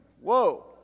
Whoa